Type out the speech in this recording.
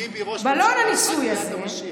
ביבי ראש ממשלה עד ביאת המשיח.